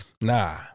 Nah